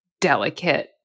delicate